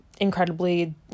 incredibly